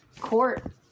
court